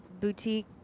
Boutique